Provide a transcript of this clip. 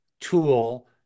tool